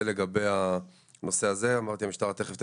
זה לגבי הנושא הזה, אמרתי: המשטרה תכף תפרט.